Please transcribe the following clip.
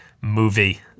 movie